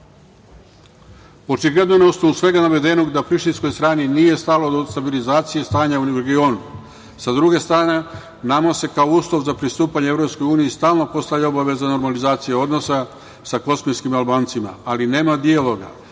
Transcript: osnovu svega navedenog, da prištinskoj strani nije stalo do stabilizacije stanja u regionu. Sa druge strane, nama se kao uslov za pristupanje EU stalno postavlja obaveza normalizacije odnosa sa kosmetskim Albancima, ali nema dijaloga